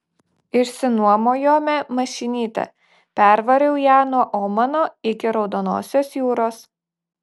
išsinuomojome mašinytę pervariau ja nuo omano iki raudonosios jūros